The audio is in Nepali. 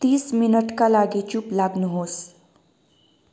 तिस मिनटका लागि चुप लाग्नुहोस्